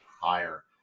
higher